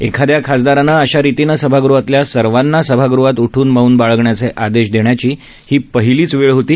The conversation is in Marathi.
एखाद्या खासदाराने अशारितीने सभागृताल्या सर्वांना सभागृहात उठून मौन बाळगण्याचे आदेश देण्याची ही पहिलीच वेळ होती